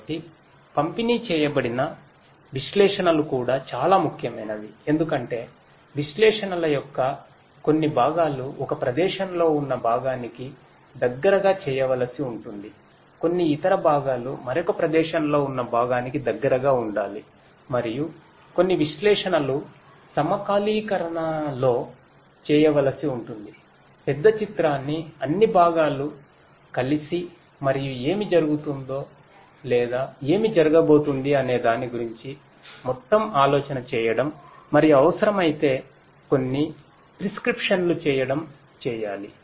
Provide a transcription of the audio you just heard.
కాబట్టి పంపిణీ చేయబడిన విశ్లేషణలు కూడా చాలా ముఖ్యమైనవి ఎందుకంటే విశ్లేషణల యొక్క కొన్ని భాగాలు ఒక ప్రదేశంలో ఉన్న భాగానికి దగ్గరగా చేయవలసి ఉంటుంది కొన్ని ఇతర భాగాలు మరొక ప్రదేశంలో ఉన్న భాగానికి దగ్గరగా ఉండాలి మరియు కొన్ని విశ్లేషణలు సమకాలీకరణలో చేయవలసి ఉంటుంది పెద్ద చిత్రాన్ని అన్ని భాగాలు కలిసి మరియు ఏమి జరుగుతుందో లేదా ఏమి జరగబోతోంది అనేదాని గురించి మొత్తం ఆలోచన చేయడం మరియు అవసరమైతే కొన్ని ప్రిస్క్రిప్షన్లు చేయడం చేయాలి